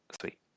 Sweet